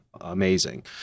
amazing